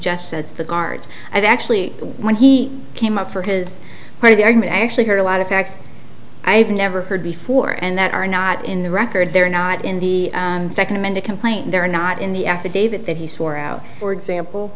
just says the guards i've actually when he came up for his part of the argument i actually heard a lot of facts i have never heard before and that are not in the record they're not in the second amended complaint they're not in the affidavit that he swore out for example